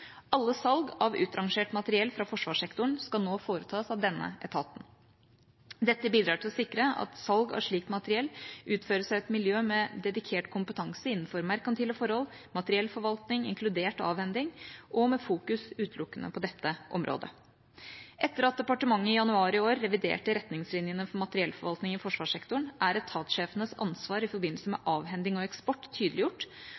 Alle salg av utrangert materiell fra forsvarssektoren skal nå foretas av denne etaten. Dette bidrar til å sikre at salg av slikt materiell utføres av et miljø med dedikert kompetanse innenfor merkantile forhold, materiellforvaltning inkludert avhending, og med fokus utelukkende på dette området. Etter at departementet i januar i år reviderte retningslinjene for materiellforvaltning i forsvarssektoren, er etatssjefenes ansvar i forbindelse med